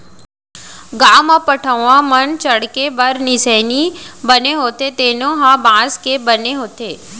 गाँव म पटअउहा म चड़हे बर निसेनी बने होथे तेनो ह बांस के बने होथे